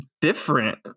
different